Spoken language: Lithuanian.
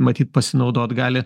matyt pasinaudot gali